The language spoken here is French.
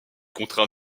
contraint